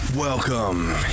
Welcome